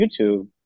YouTube